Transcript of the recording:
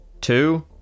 two